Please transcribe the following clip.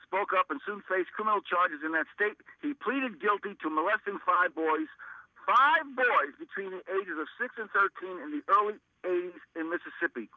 spoke up and soon face criminal charges in that state he pleaded guilty to molesting five boys by boys between the ages of six and thirteen in the early eighty's in mississippi